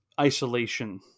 isolation